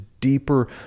deeper